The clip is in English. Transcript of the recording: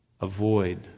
Avoid